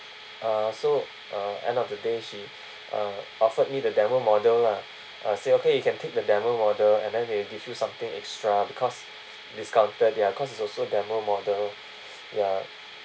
uh so uh end of the day she uh offered me the demo model lah uh say okay you can take the demo model and then they give you something extra because discounted ya cause it's also demo model ya